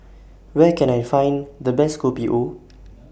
Where Can I Find The Best Kopi O